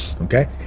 okay